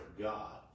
God